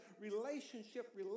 relationship